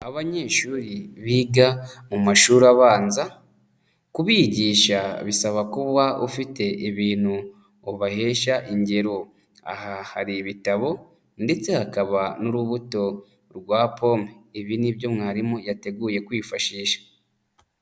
Abanyeshuri biga mu mashuri abanza, kubigisha bisaba kuba ufite ibintu ubahesha ingero. Aha hari ibitabo, ndetse hakaba n'urubuto rwa pome. Ibi nibyo mwarimu yateguye kwifashisha.